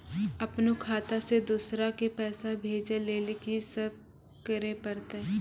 अपनो खाता से दूसरा के पैसा भेजै लेली की सब करे परतै?